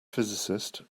physicist